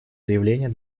заявления